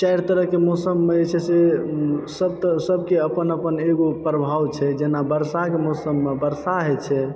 चारि तरहके मौसम मे जे छै से सबके सबके एगो अपन अपन प्रभाव छै जेना वर्षाके मौसममे वर्षा होइ छै